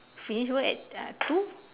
finish work at uh two